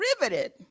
riveted